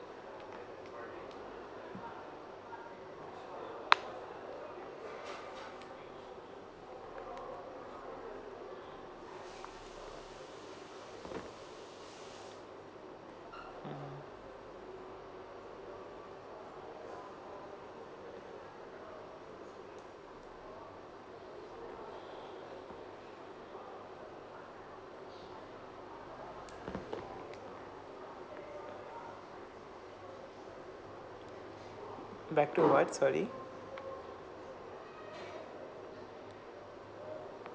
back to what sorry